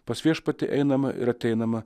pas viešpatį einama ir ateinama